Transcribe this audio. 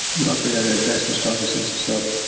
you operate out of that best and strongest sense of self,